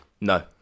no